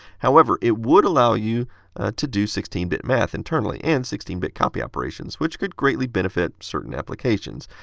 however, it would allow you to do sixteen bit math internally, and sixteen bit copy operations, which could greatly benefit certain applications.